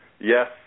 Yes